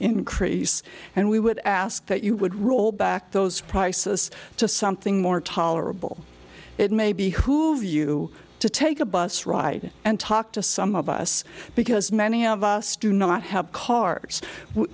increase and we would ask that you would roll back those prices to something more tolerable it may be who you to take a bus ride and talk to some of us because many of us do not have cars